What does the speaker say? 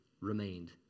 remained